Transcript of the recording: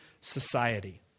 society